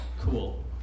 Cool